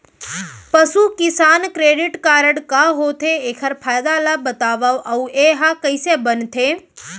पसु किसान credit card का होथे, एखर फायदा ला बतावव अऊ एहा कइसे बनथे?